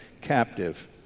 captive